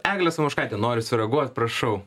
eglė samoškaitė nori sureaguot prašau